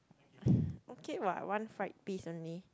okay what one fried piece only